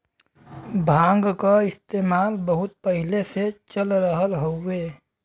भांग क इस्तेमाल बहुत पहिले से चल रहल हउवे